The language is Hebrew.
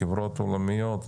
מחברות עולמיות,